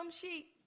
sheep